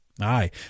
Aye